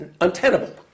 untenable